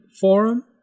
forum